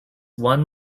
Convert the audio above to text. one